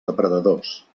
depredadors